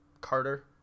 Carter